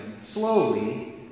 slowly